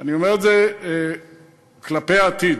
אני אומר את זה כלפי העתיד,